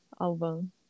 album